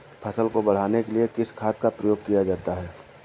फसल को बढ़ाने के लिए किस खाद का प्रयोग किया जाता है?